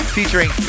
Featuring